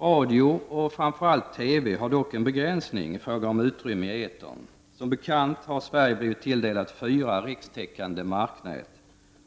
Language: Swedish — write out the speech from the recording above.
Radio och framför allt TV har dock en begränsning i fråga om utrymme i etern. Som bekant har Sverige blivit tilldelat fyra rikstäckande marknät,